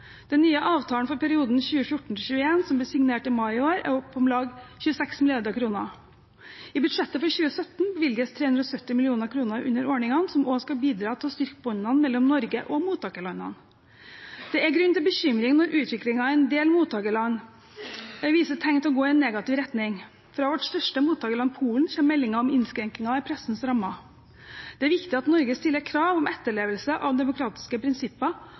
Den nye avtalen for perioden 2014–2021 som ble signert i mai i år, er på om lag 26 mrd. kr. I budsjettet for 2017 bevilges 370 mill. kr under ordningene, som også skal bidra til å styrke båndene mellom Norge og mottakerlandene. Det er grunn til bekymring når utviklingen i en del mottakerland viser tegn til å gå i en negativ retning. Fra vårt største mottakerland, Polen, kommer meldinger om innskrenkinger i pressens rammer. Det er viktig at Norge stiller krav om etterlevelse av demokratiske prinsipper